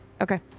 Okay